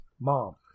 Mom